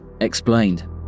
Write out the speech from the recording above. explained